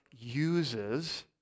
uses